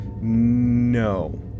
No